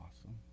Awesome